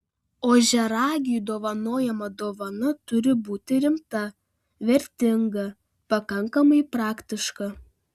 ožiaragiui dovanojama dovana turi būti rimta vertinga pakankamai praktiška